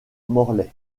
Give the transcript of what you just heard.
morlaix